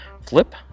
flip